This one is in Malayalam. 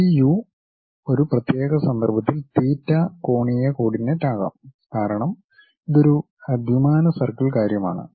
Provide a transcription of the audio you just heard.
ഇ യു ഒരു പ്രത്യേക സന്ദർഭത്തിൽ തീറ്റ കോണീയ കോർഡിനേറ്റ് ആകാം കാരണം ഇത് ഒരു ദ്വിമാന സർക്കിൾ കാര്യമാണ്